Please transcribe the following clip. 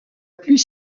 plus